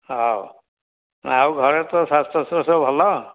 ହଉ ଆଉ ଘରେ ତୋ ଶାଶୁ ଶ୍ଵଶୁର ସବୁ ଭଲ